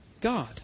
God